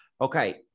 Okay